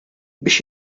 biex